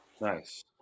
Nice